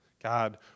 God